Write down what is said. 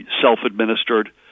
self-administered